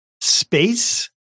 space